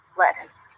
lettuce